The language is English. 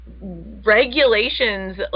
Regulations